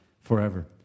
forever